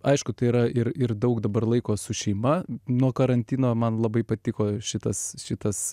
aišku tai yra ir ir daug dabar laiko su šeima nuo karantino man labai patiko šitas šitas